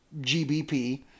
GBP